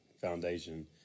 foundation